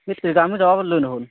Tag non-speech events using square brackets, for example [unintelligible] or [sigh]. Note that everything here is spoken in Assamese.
[unintelligible]